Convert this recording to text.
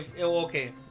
Okay